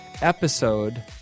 episode